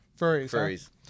furries